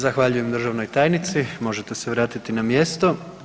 Zahvaljujem državnoj tajnici, možete se vratiti na mjesto.